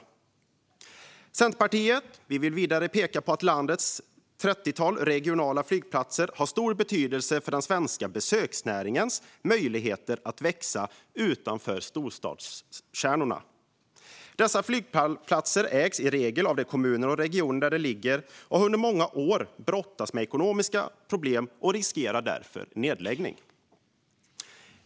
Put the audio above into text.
Vi i Centerpartiet vill vidare peka på att landets regionala flygplatser - det finns ett trettiotal - har stor betydelse för den svenska besöksnäringens möjligheter att växa utanför storstadskärnorna. Dessa flygplatser ägs i regel av de kommuner och regioner där de ligger. De har under många år brottats med ekonomiska problem och riskerar därför nedläggning.